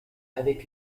avec